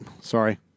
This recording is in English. Sorry